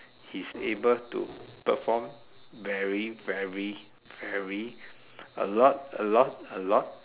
he's able to perform very very very a lot a lot a lot